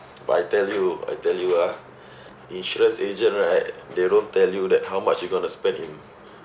but I tell you I tell you ah insurance agent right they don't tell you that how much you're going to spend in